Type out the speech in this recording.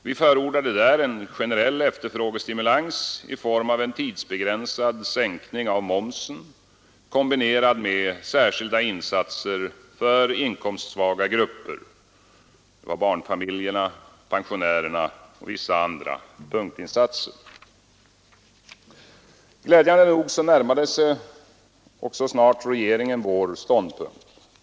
Vi förordade där en generell efterfrågestimulans i form av en tidsbegränsad sänkning av momsen, kombinerad med särskilda insatser för inkomstsvaga grupper som barnfamiljer och pensionärer samt vissa andra punktinsatser. Glädjande nog närmade sig också snart regeringen vår ståndpunkt.